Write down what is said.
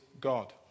God